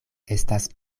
estas